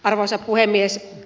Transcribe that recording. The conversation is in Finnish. arvoisa puhemies